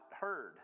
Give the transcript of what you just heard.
heard